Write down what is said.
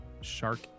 shark